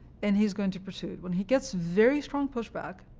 and he's going to pursue it. when he gets very strong pushback,